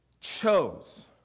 chose